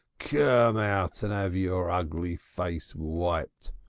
yeah um out and ave your ugly face wiped.